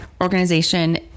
organization